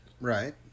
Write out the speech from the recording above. Right